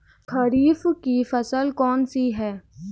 खरीफ की फसल कौन सी है?